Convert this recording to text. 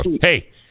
hey